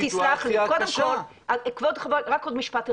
תסלח לי, קודם כל, כבוד חה"כ רק עוד משפט אחד.